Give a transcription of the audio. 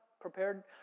prepared